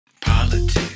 Politics